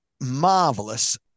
marvelous